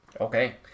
okay